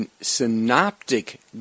synoptic